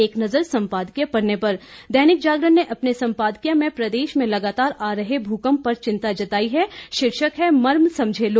एक नज़र सम्पादकीय पन्ने पर दैनिक जागरण ने अपने संपादकीय में प्रदेश में लगातार आ रहे भूकंप पर चिंता जताई है शीर्षक है मर्म समझे लोग